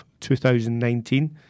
2019